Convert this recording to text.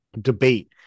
debate